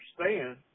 understand